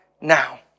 now